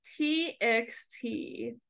TXT